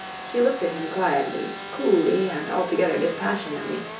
she looked at him quietly, coolly and altogether dispassionately,